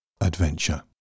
Adventure